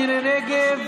מירי מרים רגב,